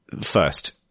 first